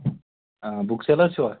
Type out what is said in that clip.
آ book seller چھِوا